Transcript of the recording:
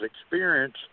experience